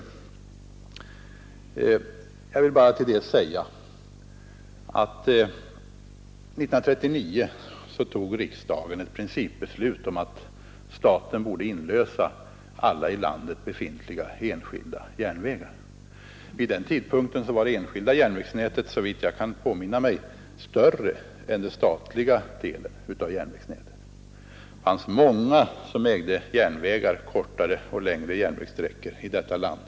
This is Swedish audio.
För att bemöta det vill jag erinra om att riksdagen år 1939 fattade ett principbeslut om att staten skulle inlösa alla i vårt land befintliga enskilda järnvägar. Vid den tidpunkten var det enskilda järnvägsnätet, såvitt jag kan påminna mig, större än det statliga järnvägsnätet. Det fanns många enskilda som ägde kortare och längre järnvägssträckor i detta land.